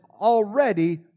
already